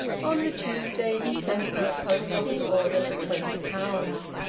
on the tuesday he sent her a post-office order for twenty pounds.